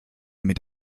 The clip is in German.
mit